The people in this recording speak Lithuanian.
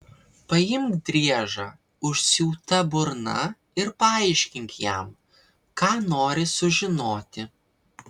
paimk driežą užsiūta burna ir paaiškink jam ką nori sužinoti